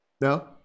No